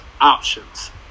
options